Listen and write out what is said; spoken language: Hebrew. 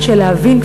ולהבין,